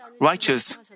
righteous